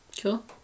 Cool